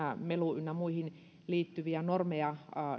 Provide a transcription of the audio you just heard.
meluun ynnä muihin liittyviä normeja